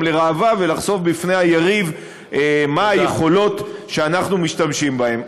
לראווה ולחשוף בפני היריב מה היכולות שאנחנו משתמשים בהן.